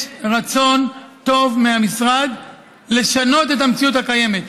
יש רצון טוב מהמשרד לשנות את המציאות הקיימת.